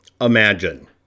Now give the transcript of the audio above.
imagine